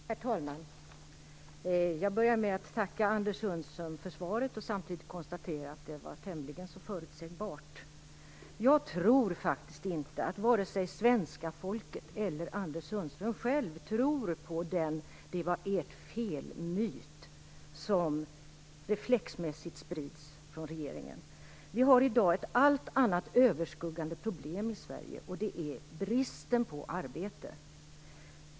Herr talman! Jag börjar med att tacka Anders Sundström för svaret. Samtidigt kan jag konstatera att det var tämligen förutsägbart. Jag tror faktiskt inte att vare sig svenska folket eller Anders Sundström själv tror på den det-var-ert-fel-myt som reflexmässigt sprids från regeringen. Vi har i dag ett allt annat överskuggande problem i Sverige, och det är bristen på arbete.